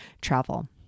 travel